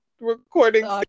recording